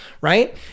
right